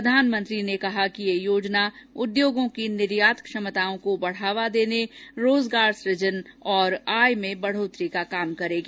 प्रधानमंत्री ने कहा कि यह योजना उद्योगों की निर्यात क्षमताओं को बढावा देने रोजगार सुजन और आय में बढ़ोत्तरी का काम करेगी